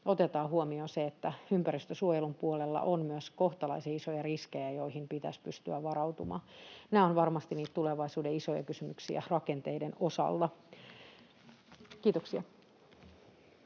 otetaan huomioon se, että ympäristönsuojelun puolella on myös kohtalaisen isoja riskejä, joihin pitäisi pystyä varautumaan. Nämä ovat varmasti niitä tulevaisuuden isoja kysymyksiä rakenteiden osalta. — Kiitoksia.